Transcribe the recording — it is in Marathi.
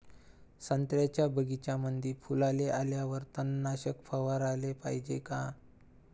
संत्र्याच्या बगीच्यामंदी फुलाले आल्यावर तननाशक फवाराले पायजे का?